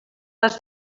les